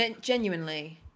Genuinely